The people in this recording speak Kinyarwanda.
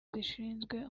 zishinzwe